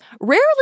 rarely